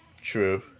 True